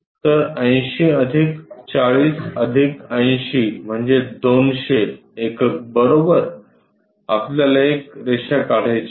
तर 80 अधिक 40 अधिक 80 म्हणजे २०० एकक बरोबर आपल्याला एक रेषा काढायची आहे